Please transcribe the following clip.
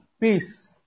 peace